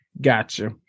Gotcha